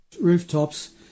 rooftops